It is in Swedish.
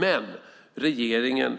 Men regeringen